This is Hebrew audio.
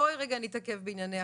בואי רגע נתעכב בעניין החשמלאים.